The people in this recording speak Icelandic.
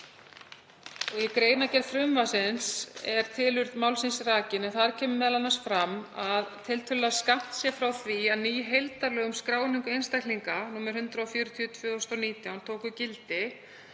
Í greinargerð frumvarpsins er tilurð málsins rakin en þar kemur m.a. fram að tiltölulega skammt sé frá því að ný heildarlög um skráningu einstaklinga, nr. 140/2019, tóku gildi